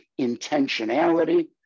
intentionality